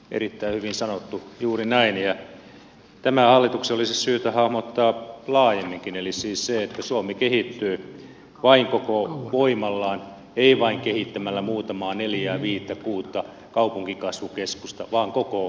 erittäin hyvin sanottu juuri näin ja tämä hallituksen olisi syytä hahmottaa laajemminkin eli siis se että suomi kehittyy vain koko voimallaan ei vain kehittämällä muutamaa neljää viittä kuutta kaupunkikasvukeskusta vaan koko suomea